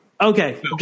Okay